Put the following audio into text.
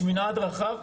יש מנעד רחב.